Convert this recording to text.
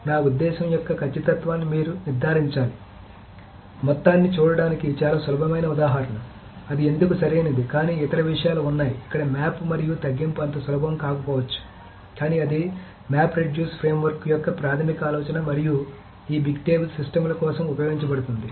నా ఉద్దేశ్యం యొక్క ఖచ్చితత్వాన్ని మీరు నిర్ధారించాలి మొత్తాన్ని చూడడానికి చాలా సులభమైన ఉదాహరణ అది ఎందుకు సరైనది కానీ ఇతర విషయాలు ఉన్నాయి ఇక్కడ మ్యాప్ మరియు తగ్గింపు అంత సులభం కాకపోవచ్చు కానీ అది మ్యాప్ రెడ్యూస్ ఫ్రేమ్వర్క్ యొక్క ప్రాథమిక ఆలోచన మరియు ఈ బిగ్ టేబుల్ సిస్టమ్ల కోసం ఉపయోగించబడుతోంది